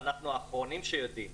ואנחנו האחרונים שיודעים.